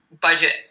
budget